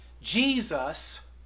Jesus